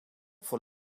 voor